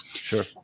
Sure